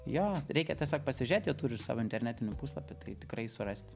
jo reikia tiesiog pasižiūrėti jie turi savo internetinį puslapį tai tikrai surasit